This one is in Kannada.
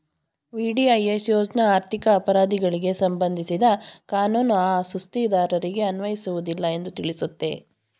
ವಿ.ಡಿ.ಐ.ಎಸ್ ಯೋಜ್ನ ಆರ್ಥಿಕ ಅಪರಾಧಿಗಳಿಗೆ ಸಂಬಂಧಿಸಿದ ಕಾನೂನು ಆ ಸುಸ್ತಿದಾರರಿಗೆ ಅನ್ವಯಿಸುವುದಿಲ್ಲ ಎಂದು ತಿಳಿಸುತ್ತೆ